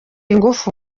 ingufu